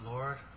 Lord